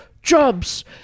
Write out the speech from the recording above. Jobs